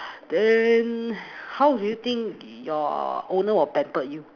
then how do you think your owner will pamper you